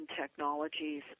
technologies